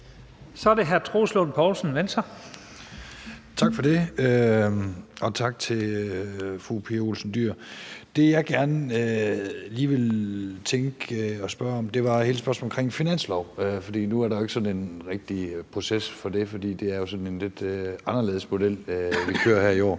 Kl. 14:53 Troels Lund Poulsen (V): Tak for det, og tak til fru Pia Olsen Dyhr. Det, som jeg gerne lige ville spørge om, er om finansloven. Nu er der jo ikke sådan en rigtig proces for det, fordi det er en lidt anderledes model, vi kører her i år,